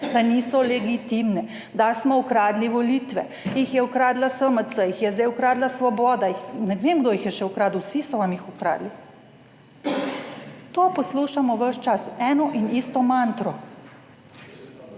da niso legitimne, da smo ukradli volitve, jih je ukradla SMC, jih je zdaj ukradla Svoboda, ne vem kdo jih je še ukradel, vsi so vam jih ukradli. To poslušamo ves čas, eno in isto mantro.